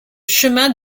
chemin